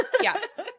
Yes